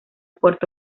puerto